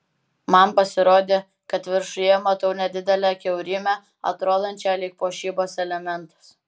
man pasirodė kad viršuje matau nedidelę kiaurymę atrodančią lyg puošybos elementas